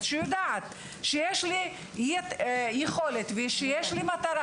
שיודעת שיש לי יכולת ויש לי מטרה,